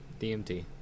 DMT